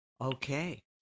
okay